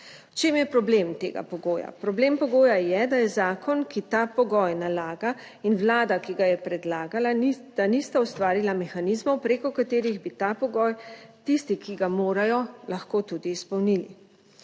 čem je problem tega pogoja? Problem pogoja je, da zakon, ki ta pogoj nalaga, in Vlada, ki ga je predlagala, nista ustvarila mehanizmov, preko katerih bi ta pogoj tisti, ki ga morajo, lahko tudi izpolnili.